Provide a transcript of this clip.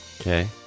okay